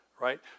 Right